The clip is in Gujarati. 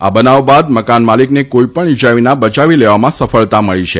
આ બનાવ બાદ મકાન માલિકને કોઇ પણ ઇજા વિના બચાવી લેવામાં સફળતા મળી છે